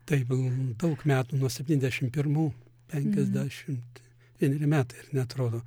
taip jau daug metų nuo septyniasdešim pirmų penkiasdešimt vieneri metai ar ne atrodo